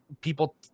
people